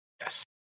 Yes